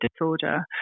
disorder